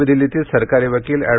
नवी दिल्लीतील सरकारी वकील अॅड